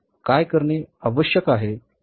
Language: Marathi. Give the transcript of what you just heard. काय करणे आवश्यक आहे